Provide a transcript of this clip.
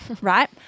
right